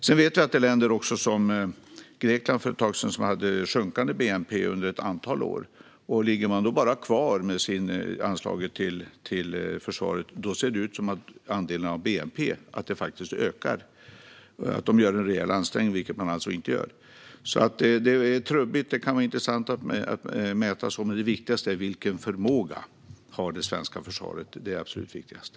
Vi vet också att det finns länder, till exempel Grekland för ett tag sedan, som hade sjunkande bnp under ett antal år. Ligger man då bara kvar med anslaget till försvaret ser det ut som om andelen av bnp faktiskt ökar och att man gör en rejäl ansträngning, vilket man alltså inte gör. Det är alltså trubbigt. Det kan vara intressant att mäta så, men det absolut viktigaste är vilken förmåga det svenska försvaret har.